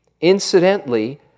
Incidentally